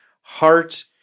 heart